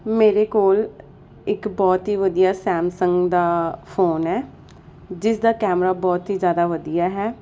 ਮੇਰੇ ਕੋਲ ਇੱਕ ਬਹੁਤ ਹੀ ਵਧੀਆ ਸੈਮਸੰਗ ਦਾ ਫੋਨ ਹੈ ਜਿਸ ਦਾ ਕੈਮਰਾ ਬਹੁਤ ਹੀ ਜ਼ਿਆਦਾ ਵਧੀਆ ਹੈ